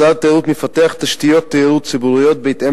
משרד התיירות מפתח תשתיות תיירות ציבוריות בהתאם